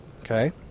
Okay